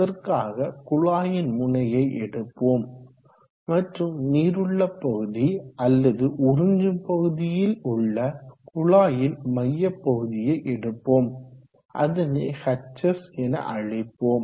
அதற்காக குழாயின் முனையை எடுப்போம் மற்றும் நீர் உள்ள பகுதி அல்லது உறிஞ்சும் பகுதியில் உள்ள குழாயின் மையப்பகுதியை எடுப்போம் அதனை hs என அழைப்போம்